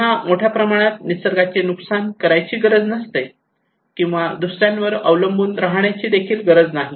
त्यांना मोठ्या प्रमाणात निसर्गाचे नुकसान करायची गरज नसते किंवा दुसऱ्यांवर अवलंबून राहण्याची देखील गरज नाही